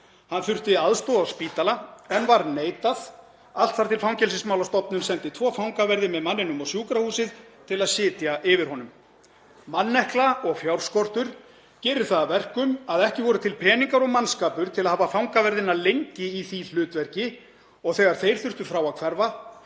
Hann þurfti aðstoð á spítala en var neitað, allt þar til Fangelsismálastofnun sendi tvo fangaverði með manninum á sjúkrahúsið til að sitja yfir honum. Mannekla og fjárskortur gerir það að verkum að ekki voru til peningar og mannskapur til að hafa fangaverðina lengi í því hlutverki og þegar þeir þurftu frá að hverfa